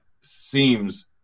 seems